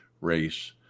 race